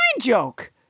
joke